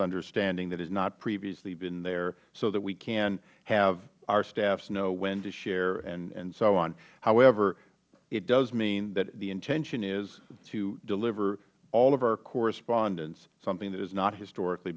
understanding that has not previously been there so that we can have our staffs know when to share and so on however it does mean that the intention is to deliver all of our correspondence something that has not historically